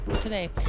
today